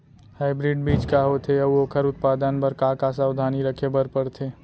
Hybrid बीज का होथे अऊ ओखर उत्पादन बर का का सावधानी रखे बर परथे?